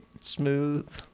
Smooth